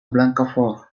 blancafort